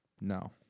No